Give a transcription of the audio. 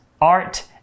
art